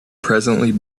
presently